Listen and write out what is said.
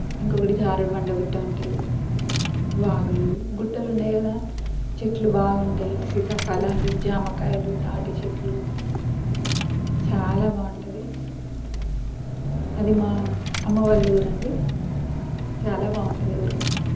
ఇంకొకటి జారుడు బండ గుట్ట ఉంటది వాగులు గుట్టలు ఉన్నాయి కదా చెట్లు బాగుంటాయి సీతాఫలాలు జామకాయలు తాటి చెట్లు చాలా బాగుంటుంది అది మా అమ్మ వాళ్ళ ఊరండి చాలా బాగుంటుంది ఊరు